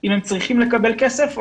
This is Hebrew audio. אם הם צריכים לקבל כסף.